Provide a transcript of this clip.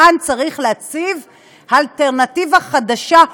כאן צריך להציב אלטרנטיבה חדשה,